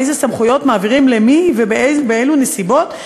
איזה סמכויות מעבירים למי ובאילו נסיבות.